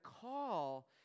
call